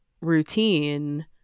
routine